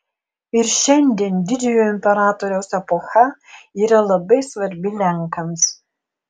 ir šiandien didžiojo imperatoriaus epocha yra labai svarbi lenkams